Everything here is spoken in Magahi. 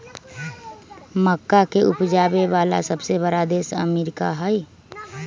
मक्का के उपजावे वाला सबसे बड़ा देश अमेरिका हई